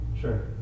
sure